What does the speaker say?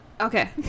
okay